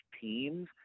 teams